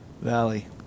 Valley